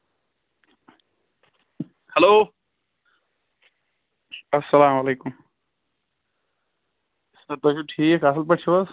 hello اَسلام علیکُم sir تُہۍ چھِو ٹھیٖک اَصٕل پٲٹھۍ چھِو حظ